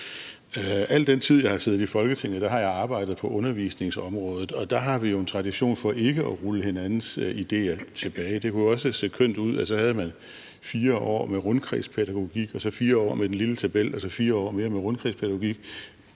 Al den tid, jeg har siddet i Folketinget, har jeg arbejdet på undervisningsområdet, og der har vi jo en tradition for ikke at rulle hinandens ideer tilbage. Det kunne jo også have set kønt ud, at så havde man 4 år med rundkredspædagogik og så 4 år med den lille tabel og så 4 år mere med rundkredspædagogik